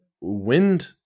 wind